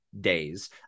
days